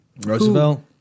Roosevelt